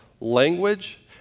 language